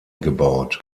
gebaut